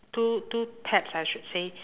two two taps I should say